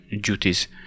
duties